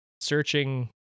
searching